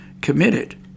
committed